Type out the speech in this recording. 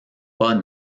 pas